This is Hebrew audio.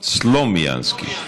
סלומינסקי.